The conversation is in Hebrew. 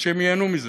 ושהם ייהנו מזה.